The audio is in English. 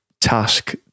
task